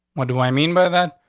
what do i mean by that?